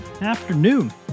afternoon